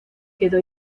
quedó